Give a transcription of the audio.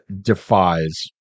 defies